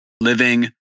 living